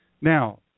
Now